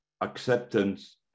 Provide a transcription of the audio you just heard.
acceptance